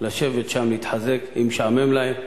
לשבת שם, להתחזק, אם משעמם להם.